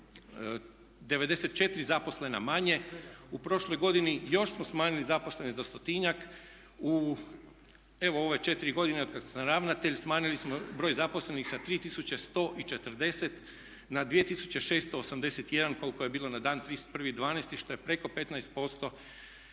94 zaposlena manje. U prošloj godini još smo smanjili zaposlene za stotinjak. U evo ove četiri godine od kad sam ravnatelj smanjili smo broj zaposlenih sa 3140 na 2681 koliko je bilo na dan 31.12. što je preko 15%